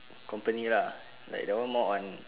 company lah like that one more on